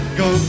go